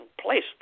placed